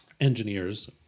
engineers